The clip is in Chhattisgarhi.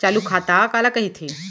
चालू खाता काला कहिथे?